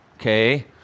okay